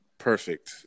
perfect